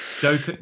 joke